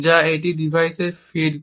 যা এটিকে ডিভাইসে ফিড করে